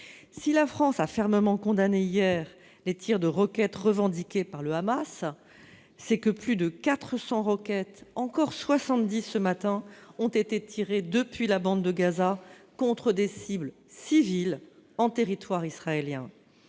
La France a fermement condamné hier les tirs de roquette revendiqués par le Hamas : plus de 400- encore 70 ce matin -ont visé, depuis la bande de Gaza, des cibles civiles en territoire israélien.